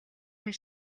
хүн